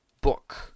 book